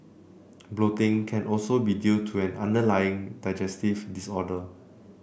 bloating can also be due to an underlying digestive disorder